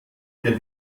ihr